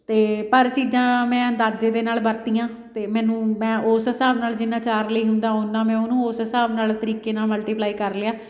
ਅਤੇ ਪਰ ਚੀਜ਼ਾਂ ਮੈਂ ਅੰਦਾਜ਼ੇ ਦੇ ਨਾਲ ਵਰਤੀਆਂ ਅਤੇ ਮੈਨੂੰ ਮੈਂ ਉਸ ਹਿਸਾਬ ਨਾਲ ਜਿੰਨਾ ਚਾਰ ਲਈ ਹੁੰਦਾ ਓਨਾ ਮੈਂ ਉਹਨੂੰ ਉਸ ਹਿਸਾਬ ਨਾਲ ਤਰੀਕੇ ਨਾਲ ਮੁਲਟੀਪਲਾਈ ਕਰ ਲਿਆ